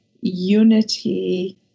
unity